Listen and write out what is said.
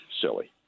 silly